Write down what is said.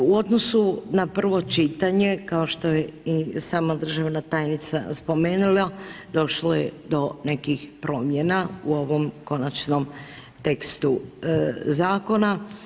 U odnosu na prvo čitanje kao što je i sama državna tajnica spomenula, došlo je do nekih promjena u ovom konačnom tekstu zakona.